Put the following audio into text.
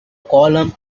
column